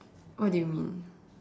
what do you mean